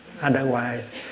Otherwise